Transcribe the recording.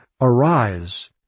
Arise